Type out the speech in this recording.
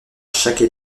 chaque